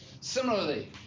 Similarly